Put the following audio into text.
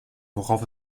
worauf